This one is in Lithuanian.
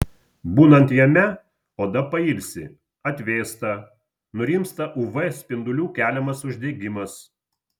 būnant jame oda pailsi atvėsta nurimsta uv spindulių keliamas uždegimas